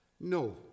No